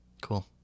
Cool